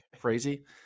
crazy